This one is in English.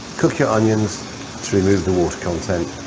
cook your onions to remove the water content,